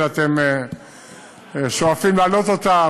שאתם שואפים להעלות אותם,